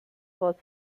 was